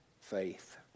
faith